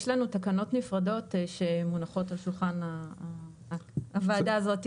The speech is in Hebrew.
יש לנו תקנות נפרדות שמונחות על שולחן הוועדה הזאת,